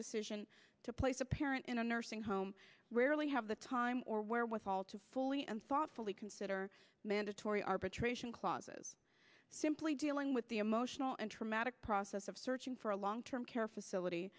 decision to place a parent in a nursing home rarely have the time or wherewithal to fully and thoughtfully consider mandatory arbitration clauses simply dealing with the emotional and traumatic process of searching for a long term care facility